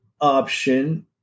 option